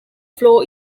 floor